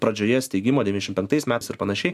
pradžioje steigimo devyniasdešim penktais metais ir panašiai